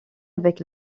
avec